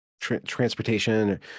transportation